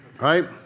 Right